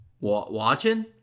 Watching